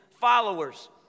followers